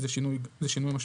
זה שינוי משמעותי.